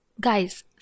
guys